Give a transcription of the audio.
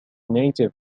native